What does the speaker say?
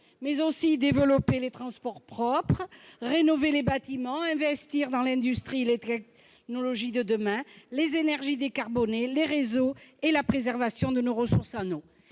publique -, développer les transports propres, rénover les bâtiments, investir dans l'industrie et les technologies de demain, les énergies décarbonées, les réseaux et la préservation de nos ressources en eau.